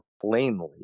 plainly